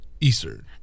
Easter